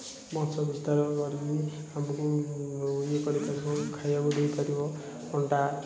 ବଂଶ ବିସ୍ତାର କରି ଆମକୁ ଇଏ କରିପାରିବ ଖାଇବାକୁ ଦେଇପାରିବ ଅଣ୍ଡା